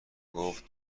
گفت